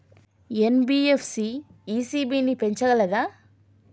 NBFC ECB ని పెంచగలదా?